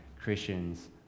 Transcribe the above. Christians